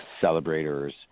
celebrators